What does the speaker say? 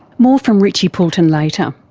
more from richie poulton later.